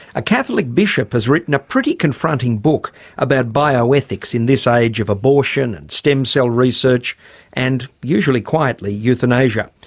a catholic bishop has written a pretty confronting book about bioethics in this age of abortion and stem cell research and, usually quietly, euthanasia.